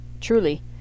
truly